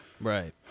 right